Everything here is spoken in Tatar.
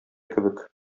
кебек